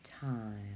time